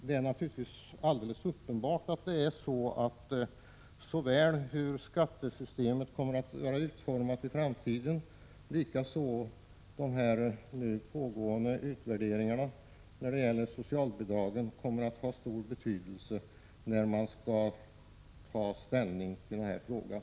Det är naturligtvis alldeles uppenbart att såväl skattesystemets utformning i framtiden liksom nu pågående utvärdering när det gäller socialbidragen kommer att ha stor betydelse när regeringen skall ta ställning till denna fråga.